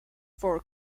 for